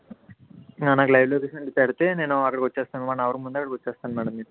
నాకు live location అనేది పెడితే నేను అక్కడికి వచ్చేస్తాను వన్ అవర్ ముందే అక్కడికి వచ్చేస్తాను మ్యాడం మీకు